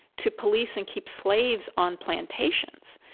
to police and keep slaves on plantations.